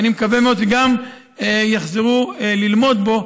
ואני מקווה מאוד שגם יחזרו ללמוד בו,